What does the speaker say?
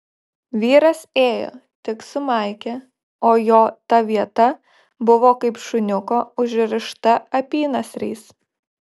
vyras ėjo tik su maike o jo ta vieta buvo kaip šuniuko užrišta apynasriais